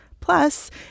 plus